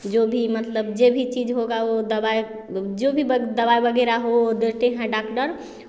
जो भी मतलब जे भी चीज़ होगा वो दवाई जो भी बग दवाई वगैरह हो देते हैं डॉक्टर